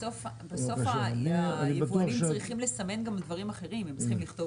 בסוף היבואנים צריכים גם לסמן דברים אחרים למשל הם צריכים לכתוב